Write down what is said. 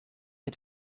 had